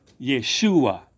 Yeshua